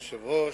אדוני היושב-ראש,